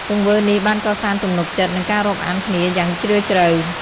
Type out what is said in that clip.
ទង្វើនេះបានកសាងទំនុកចិត្ត និងការរាប់អានគ្នាយ៉ាងជ្រាលជ្រៅ។